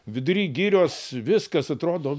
vidury girios viskas atrodo